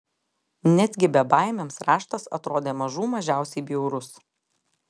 netgi bebaimiams raštas atrodė mažų mažiausiai bjaurus